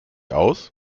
aus